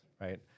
right